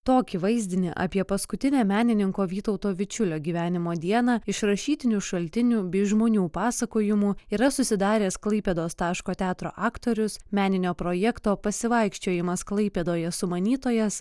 tokį vaizdinį apie paskutinę menininko vytauto vičiulio gyvenimo dieną iš rašytinių šaltinių bei žmonių pasakojimų yra susidaręs klaipėdos taško teatro aktorius meninio projekto pasivaikščiojimas klaipėdoje sumanytojas